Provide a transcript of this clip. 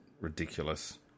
ridiculous